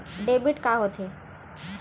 Debit का होथे?